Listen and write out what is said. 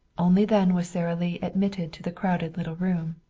only then was sara lee admitted to the crowded little room.